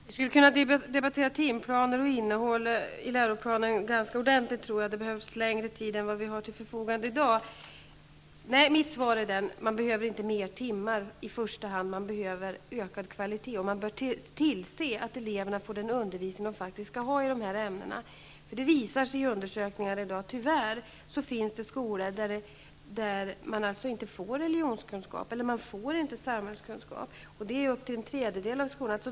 Herr talman! Vi skulle kunna debattera timplanen och innehållet i läroplanen ganska ordentligt, men för det behövs längre tid än vad vi har till förfogande i dag. Mitt svar på frågan är att man i första hand inte behöver mer timmar, utan man behöver ökad kvalitet. Man bör tillse att eleverna får den undervisning de faktiskt skall ha i de här ämnena. Det visar sig ju tyvärr i undersökningar i dag att det finns skolor där eleverna inte får undervisning i religionskunskap eller samhällskunskap. Det är fråga om upp till en tredjedel av skolorna.